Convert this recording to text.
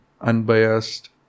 unbiased